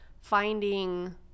finding